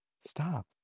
Stop